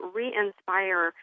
re-inspire